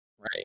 Right